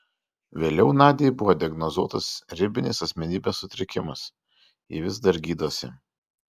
vėliau nadiai buvo diagnozuotas ribinis asmenybės sutrikimas ji vis dar gydosi